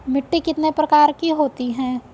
मिट्टी कितने प्रकार की होती हैं?